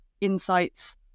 insights